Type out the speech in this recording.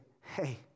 hey